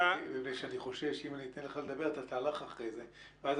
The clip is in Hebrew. מפני שאני חושש שאם אני אתן לך לדבר אתה תלך אחרי זה ואז